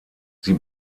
sie